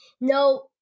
no